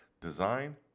Design